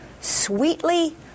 sweetly